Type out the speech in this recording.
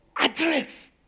address